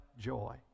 joy